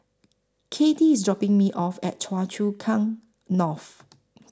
Kathey IS dropping Me off At Choa Chu Kang North